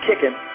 kicking